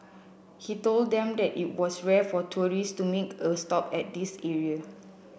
he told them that it was rare for tourist to make a stop at this area